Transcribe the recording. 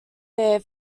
their